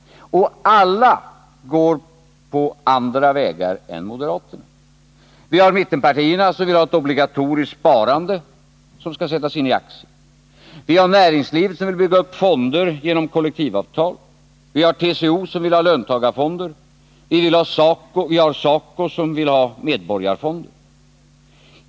Och alla andra går på andra vägar än moderaterna. Vi har mittenpartierna, som vill ha ett obligatoriskt sparande som skall sättas in i aktier. Vi har näringslivet, som vill bygga upp fonder genom kollektivavtal. Vi har TCO, som vill ha löntagarfonder. Och vi har SACO, som vill ha medborgarfonder.